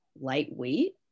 lightweight